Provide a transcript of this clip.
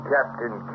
Captain